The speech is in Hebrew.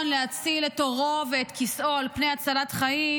להציל את עורו ואת כיסאו על פני הצלת חיים,